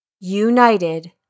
united